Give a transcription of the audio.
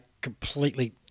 completely